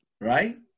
Right